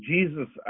Jesus